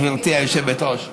גברתי היושבת-ראש.